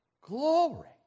Glory